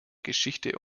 geschichte